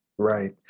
Right